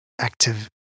active